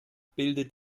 bildet